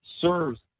serves